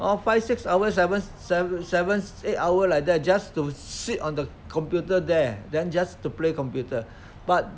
all five six hours seven seven seven eight hour like that just to sit on the computer there then just to play computer but